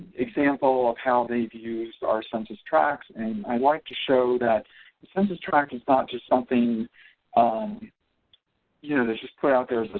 example of how they've used our census tracts and i'd like to show that census tract is not just something um you know that's just put out there, ah